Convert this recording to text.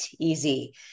easy